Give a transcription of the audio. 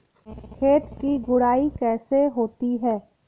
खेत की गुड़ाई कैसे होती हैं?